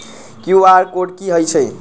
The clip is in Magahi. कियु.आर कोड कि हई छई?